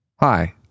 Hi